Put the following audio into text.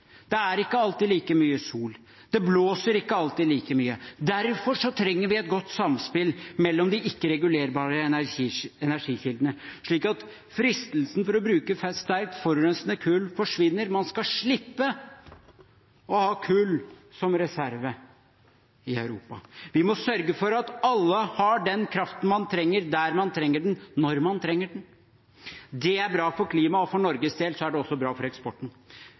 alltid like mye sol. Det blåser ikke alltid like mye. Derfor trenger vi et godt samspill mellom de ikke-regulerbare energikildene, slik at fristelsen til å bruke sterkt forurensende kull forsvinner. Man skal slippe å ha kull som reserve i Europa. Vi må sørge for at alle har den kraften man trenger, der man trenger den, når man trenger den. Det er bra for klimaet, og for Norges del er det også bra for eksporten.